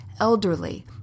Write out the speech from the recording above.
elderly